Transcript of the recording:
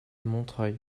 montreuil